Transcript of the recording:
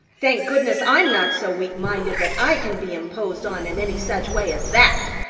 thank goodness i'm not so weak-minded that i can be imposed on in any such way as that.